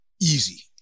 Easy